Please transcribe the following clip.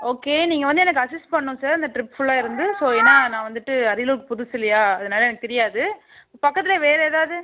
okay நீங்கள் வந்து எனக்கு அசஸ் பண்ணும் சார் இந்த ட்ரிப் ஃபுல்லாக இருந்து ஸோ ஏன்னா நான் வந்துவிட்டு அரியலூர்க்கு புதுசு இல்லையா அதனால் எனக்கு தெரியாது பக்கத்துல வேறு எதாவது